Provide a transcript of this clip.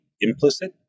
implicit